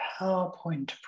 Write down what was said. PowerPoint